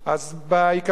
אז בעיקרון,